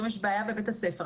אם למשפחה יש בעיה בבית הספר,